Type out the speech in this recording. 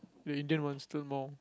the Indian one still more